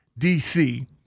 DC